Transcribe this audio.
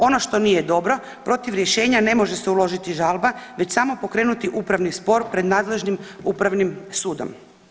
Ono što nije dobro protiv rješenja ne može se uložiti žalba već samo pokrenuti upravni spor pred nadležnim upravnim sudom.